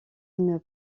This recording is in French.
une